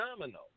Domino